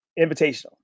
Invitational